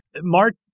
Mark